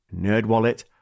NerdWallet